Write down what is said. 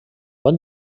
bon